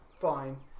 fine